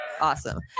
Awesome